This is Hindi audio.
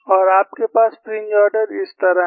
और आपके पास फ्रिंज ऑर्डर इस तरह हैं